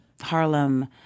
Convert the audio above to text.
Harlem